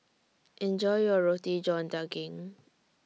Enjoy your Roti John Daging